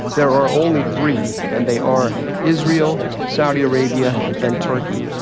there are only three, and they are israel, saudi arabia, and turkey.